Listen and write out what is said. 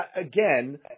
again